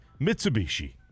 Mitsubishi